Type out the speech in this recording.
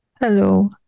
Hello